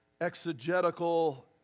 exegetical